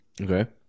Okay